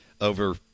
over